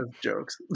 Jokes